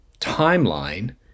timeline